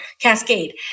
Cascade